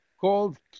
called